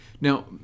Now